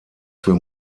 für